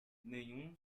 nenhum